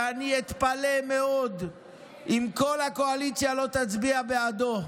ואני אתפלא מאוד אם כל הקואליציה לא תצביע בעדו.